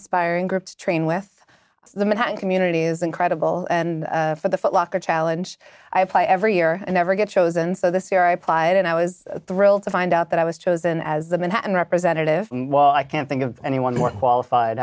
inspiring group to train with the man communities incredible and for the footlocker challenge i apply every year and never get chosen so this year i applied and i was thrilled to find out that i was chosen as the manhattan representative while i can't think of anyone more qualified